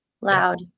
Loud